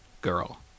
girl